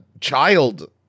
child